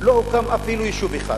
לא הוקם אפילו יישוב אחד.